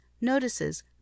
notices